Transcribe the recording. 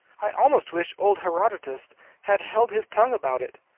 i almost wish old herodotus had held his tongue about it.